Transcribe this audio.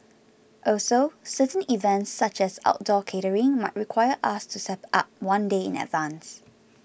also certain events such as outdoor catering might require us to set up one day in advance